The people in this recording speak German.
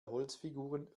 holzfiguren